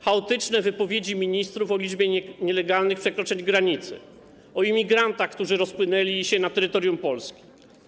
Chaotyczne wypowiedzi ministrów o liczbie nielegalnych przekroczeń granicy, o imigrantach, którzy rozpłynęli się na terytorium Polski.